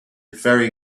very